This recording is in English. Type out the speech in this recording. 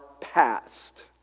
past